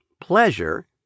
pleasure